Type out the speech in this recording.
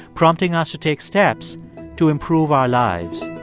prompting us to take steps to improve our lives.